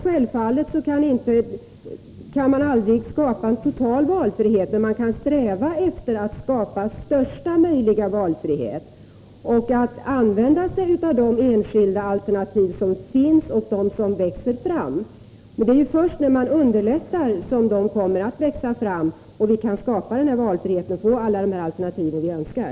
Självfallet kan man aldrig skapa en total valfrihet, men man kan sträva efter att skapa största möjliga valfrihet och använda sig av de enskilda alternativ som finns och de som växer fram — det är först när vi underlättar för dem som de kommer att växa fram och vi kan skapa denna valfrihet och få alla de alternativ som vi önskar.